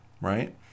right